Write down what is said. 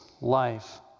life